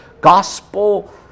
gospel